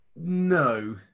No